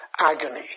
Agony